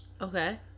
Okay